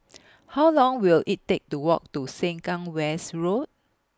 How Long Will IT Take to Walk to Sengkang West Road